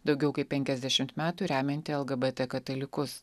daugiau kaip penkiasdešimt metų remianti lgbt katalikus